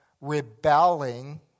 rebelling